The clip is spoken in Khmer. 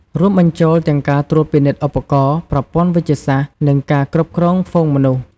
រួមបញ្ចូលទាំងការត្រួតពិនិត្យឧបករណ៍ ប្រព័ន្ធវេជ្ជសាស្ត្រ និងការគ្រប់គ្រងហ្វូងមនុស្ស។